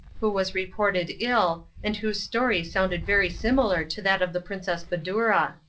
who was reported ill, and whose story sounded very similar to that of the princess badoura.